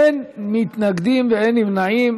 אין מתנגדים ואין נמנעים.